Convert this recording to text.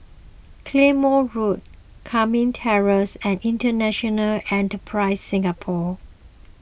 Claymore Road Lakme Terrace and International Enterprise Singapore